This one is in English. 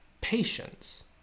patience